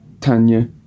Tanya